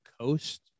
coast